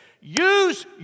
Use